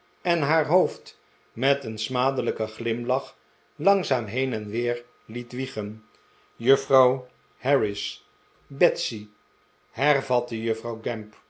en haar hoofd met een smadelijken glirrilach langzaam heen en weer liet wiegelen juffrouw harris betsy hervatte juffrouw